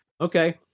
okay